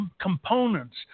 components